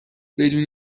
بدون